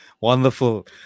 Wonderful